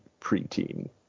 preteen